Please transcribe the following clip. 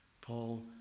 Paul